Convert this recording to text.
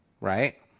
right